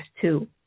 two